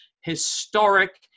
historic